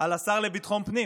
על השר לביטחון פנים.